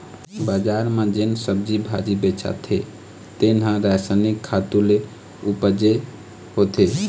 बजार म जेन सब्जी भाजी बेचाथे तेन ह रसायनिक खातू ले उपजे होथे